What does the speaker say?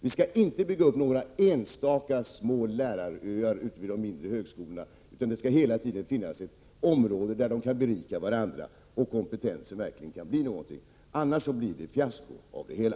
Vi skall inte bygga upp några enstaka små läraröar ute vid de mindre högskolorna, utan det skall finnas ett område där lärarna kan berika varandra och där kompetensen kan bli god. Annars blir det fiasko av det hela.